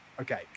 okay